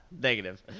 Negative